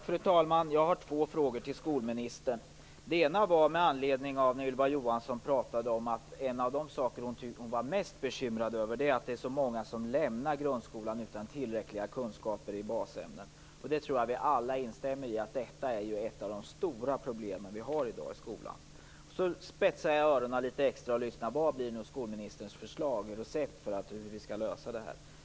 Fru talman! Jag har två frågor till skolministern. Ylva Johansson sade att en av de saker hon är mest bekymrad över är att det är så många som lämnar grundskolan utan tillräckliga kunskaper i basämnen, och det tror jag att vi alla instämmer i. Detta är ett av de stora problem vi har i skolan i dag. Men sedan spetsade jag öronen litet extra för att höra: Vad blir nu skolministerns förslag? Vilket är hennes recept för hur vi skall lösa det här?